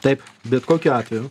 taip bet kokiu atveju